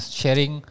sharing